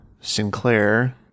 Sinclair